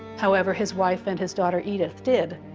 however his wife and his daughter edith did